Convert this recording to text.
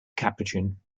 capuchin